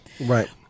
right